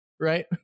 right